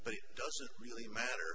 but it doesn't really matter